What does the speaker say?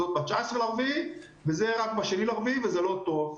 זו ב-19.4 וזה רק ב-2.4 וזה לא טוב.